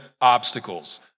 obstacles